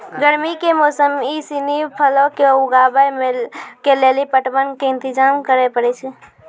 गरमी के मौसमो मे इ सिनी फलो के उगाबै के लेली पटवन के इंतजाम करै पड़ै छै